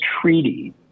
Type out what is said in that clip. treaty